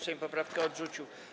Sejm poprawkę odrzucił.